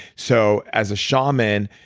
so as a shaman,